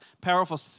powerful